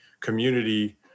community